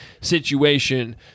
situation